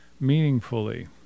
meaningfully